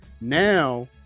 Now